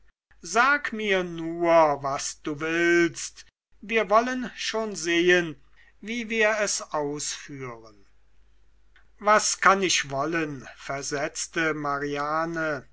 sag mir nur was du willst wir wollen schon sehen wie wir es ausführen was kann ich wollen versetzte mariane